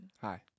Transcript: hi